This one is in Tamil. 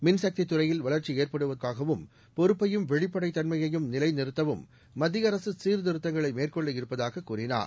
மின்சக்தித் துறையில் வளர்ச்சி ஏற்படுவதற்காகவும் பொறுப்பையும் வெளிப்படைத்தன்மையையும் நிலைநிறுத்தவும் மத்திய அரசு சீர்த்திருத்தங்களை மேற்கொள்ள இருப்பதாக கூறினார்